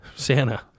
Santa